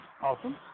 Awesome